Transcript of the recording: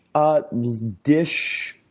a dish,